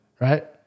right